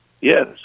Yes